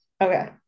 Okay